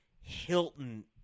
Hilton